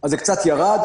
אז זה קצת ירד,